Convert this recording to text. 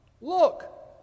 Look